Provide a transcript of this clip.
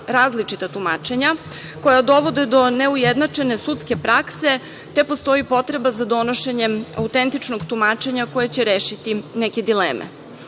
različita tumačenja koja dovode do neujednačene sudske prakse, te postoji potreba za donošenjem autentičnog tumačenja koje će rešiti neke dileme. Ako